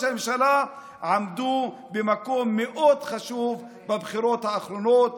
הממשלה עמדו במקום מאוד חשוב בבחירות האחרונות.